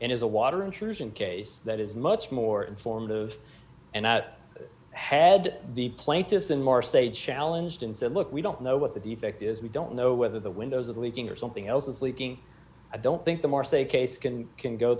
and is a water intrusion case that is much more informative and that had the plaintiffs in more states challenged and said look we don't know what the defect is we don't know whether the windows of leaking or something else is leaking i don't think the morse a case can can go